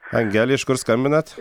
angele iš kur skambinat